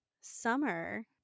summer